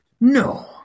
No